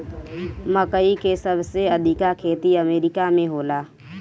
मकई के सबसे अधिका खेती अमेरिका में होला